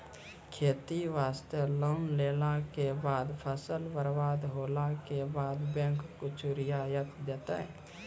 खेती वास्ते लोन लेला के बाद फसल बर्बाद होला के बाद बैंक कुछ रियायत देतै?